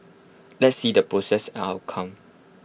let's see the process and outcome